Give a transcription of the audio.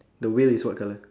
the wheel is what colour